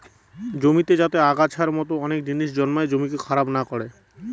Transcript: জমিতে যাতে আগাছার মতো অনেক জিনিস জন্মায় জমিকে খারাপ না করে